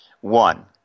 One